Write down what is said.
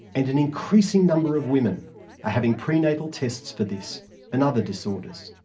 and an increasing number of women are having prenatal tests for this and other disorders.